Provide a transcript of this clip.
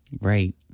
Right